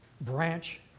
branch